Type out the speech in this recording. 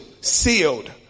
Sealed